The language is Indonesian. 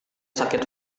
sakit